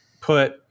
put